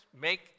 make